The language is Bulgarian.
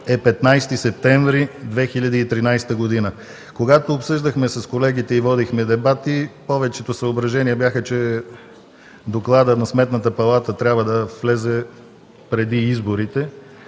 е 15 септември 2013 г.” Когато с колегите обсъждахме и водихме дебати, повечето съображения бяха, че докладът на Сметната палата трябва да влезе преди изборите.